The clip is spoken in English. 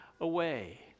away